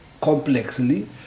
complexly